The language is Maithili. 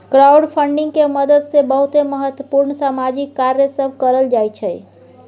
क्राउडफंडिंग के मदद से बहुते महत्वपूर्ण सामाजिक कार्य सब करल जाइ छइ